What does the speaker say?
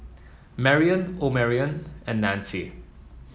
Marrion Omarion and Nanci